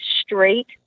straight